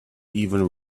even